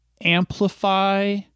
amplify